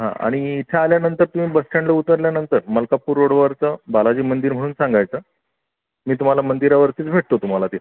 हा आणि इथं आल्यानंतर तुम्ही बसस्टँडला उतरल्यानंतर मलकापूर रोडवरचं बालाजी मंदिर म्हणून सांगायचं मी तुम्हाला मंदिरावरती भेटतो तुम्हाला तिथे